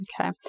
Okay